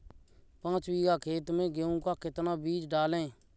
पाँच बीघा खेत में गेहूँ का कितना बीज डालें?